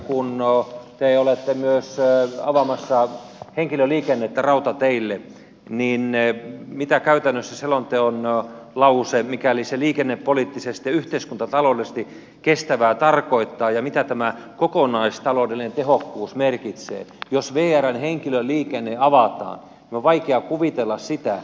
kun te olette myös avaamassa henkilöliikennettä rautateillä kilpailulle mitä käytännössä selonteon lause mikäli se on liikennepoliittisesti ja yhteiskuntataloudellisesti kestävää tarkoittaa ja mitä tämä kokonaistaloudellinen tehokkuus merkitsee jos miehen henkilöliikenne havakka on vaikea kuvitella sitä